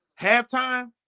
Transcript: halftime